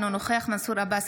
אינו נוכח מנסור עבאס,